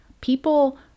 people